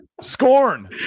scorn